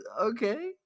Okay